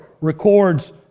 records